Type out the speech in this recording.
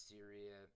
Syria